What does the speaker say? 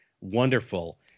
wonderful